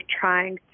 trying